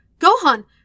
Gohan